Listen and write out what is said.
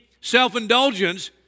self-indulgence